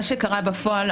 מה שקרה בפועל,